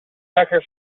sucker